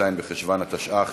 י"ז בחשוון התשע"ח,